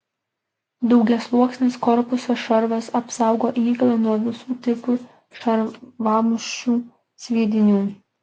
daugiasluoksnis korpuso šarvas apsaugo įgulą nuo visų tipų šarvamušių sviedinių